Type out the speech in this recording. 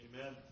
Amen